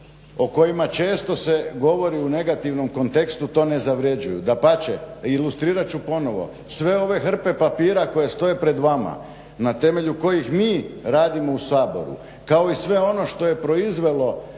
o kojima često se govori u negativnom kontekstu to ne zavrjeđuju. Dapače, ilustrirat ću ponovno, sve ove hrpe papira koje stoje pred vama na temelju kojih mi radimo u Saboru kao i sve ono što je proizvelo